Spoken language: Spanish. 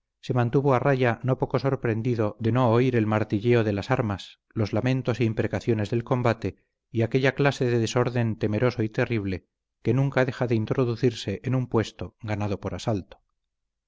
se mantuvo a raya no poco sorprendido de no oír el martilleo de las armas los lamentos e imprecaciones del combate y aquella clase de desorden temeroso y terrible que nunca deja de introducirse en un puesto ganado por asalto